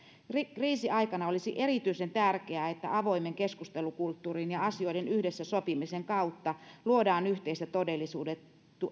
kriisiaikana olisi erityisen tärkeää että avoimen keskustelukulttuurin ja asioiden yhdessä sopimisen kautta luodaan yhteistä todellisuutta